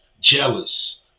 jealous